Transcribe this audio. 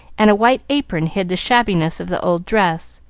and a white apron hid the shabbiness of the old dress.